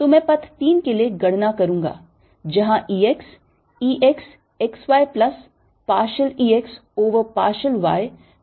तो मैं पथ 3 के लिए गणना करूंगा जहां E x E x x y plus partial E x over partial y delta y होगा